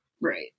Right